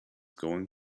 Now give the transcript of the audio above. going